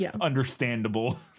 understandable